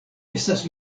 estas